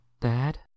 Dad